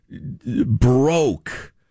broke